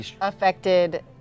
affected